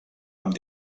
amb